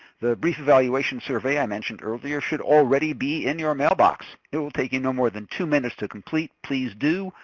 the brief evaluation survey i mentioned earlier should already be in your mailbox. it will take you no more than two minutes to complete. please do.